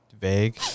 vague